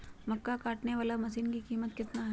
मक्का कटने बाला मसीन का कीमत कितना है?